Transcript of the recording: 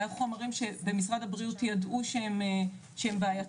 זה היה חומרים שבמשרד הבריאות ידעו שהם בעייתיים,